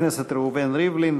חבר הכנסת ראובן ריבלין,